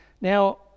Now